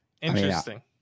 Interesting